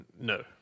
No